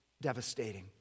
devastating